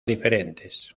diferentes